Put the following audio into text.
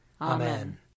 Amen